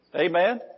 Amen